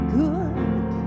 good